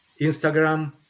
Instagram